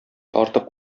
тартып